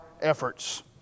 efforts